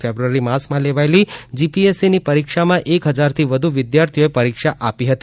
ફેબ્રુઆરી માસમાં લેવાયેલી જીપીએસસીની પરિક્ષામાં એક હજારથી વધુ વિધાર્થીઓએ પરીક્ષા આપી હતી